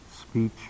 speech